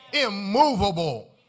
immovable